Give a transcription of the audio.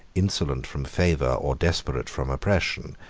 insolent from favor, or desperate from oppression,